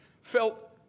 felt